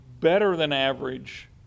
better-than-average